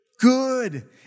good